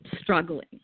struggling